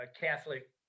Catholic